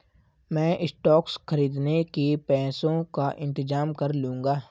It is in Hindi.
मैं स्टॉक्स खरीदने के पैसों का इंतजाम कर लूंगा